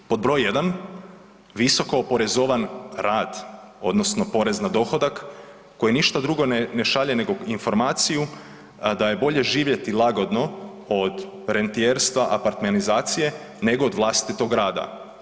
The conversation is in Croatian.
Pod br. 1., visoko oporezovan rad odnosno porez na dohodak, koji ništa drugo ne šalje nego informaciju da je bolje živjeti lagodno od rentijerstva, apartmenizacije, nego od vlastitog rada.